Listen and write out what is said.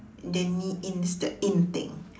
the n~ it's the in thing